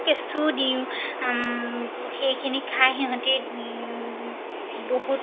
কেঁচু দিওঁ সেইখিনি খাই সিহঁতে বহুত